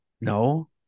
No